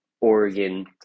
Oregon